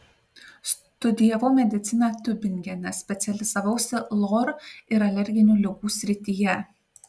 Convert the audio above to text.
studijavau mediciną tiubingene specializavausi lor ir alerginių ligų srityje